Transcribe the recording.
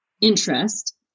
interest